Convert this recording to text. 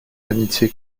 l’amitié